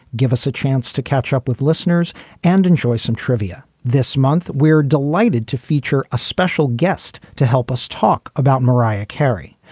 give us a chance to catch up with listeners and enjoy some trivia this month. we're delighted to feature a special guest to help us talk about mariah carey.